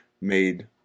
made